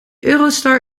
eurostar